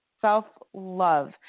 Self-love